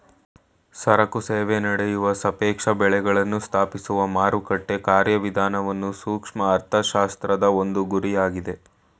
ಸರಕು ಸೇವೆ ನಡೆಯುವ ಸಾಪೇಕ್ಷ ಬೆಳೆಗಳನ್ನು ಸ್ಥಾಪಿಸುವ ಮಾರುಕಟ್ಟೆ ಕಾರ್ಯವಿಧಾನವನ್ನು ಸೂಕ್ಷ್ಮ ಅರ್ಥಶಾಸ್ತ್ರದ ಒಂದು ಗುರಿಯಾಗಿದೆ